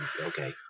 Okay